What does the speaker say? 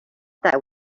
that